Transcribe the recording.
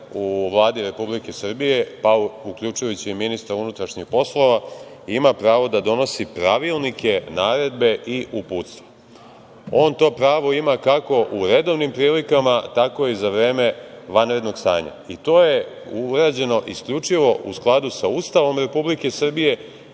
u Vladi Republike Srbije, pa uključujući i ministra unutrašnjih poslova ima pravo da donosi pravilnike, naredbe i uputstva. On to pravo imamo kako u redovnim prilikama, tako i za vreme vanrednog stanja. To je urađeno isključivo u skladu sa Ustavom Republike Srbije